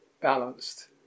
balanced